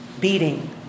beating